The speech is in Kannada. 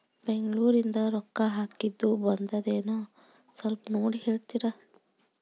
ಬೆಂಗ್ಳೂರಿಂದ ರೊಕ್ಕ ಹಾಕ್ಕಿದ್ದು ಬಂದದೇನೊ ಸ್ವಲ್ಪ ನೋಡಿ ಹೇಳ್ತೇರ?